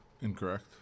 Incorrect